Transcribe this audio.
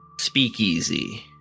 speakeasy